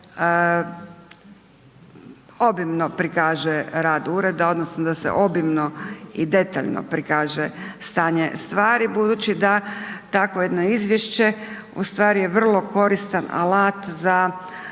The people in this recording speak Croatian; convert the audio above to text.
obimno prikaže rad ured odnosno da se obimno i detalje prikaže stanje stvari budući da takvo jedno izvješće ustvari je vrlo koristan alat za